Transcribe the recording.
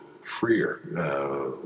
freer